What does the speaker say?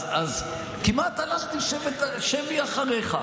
אז כמעט הלכתי שבי אחריך,